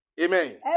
Amen